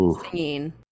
singing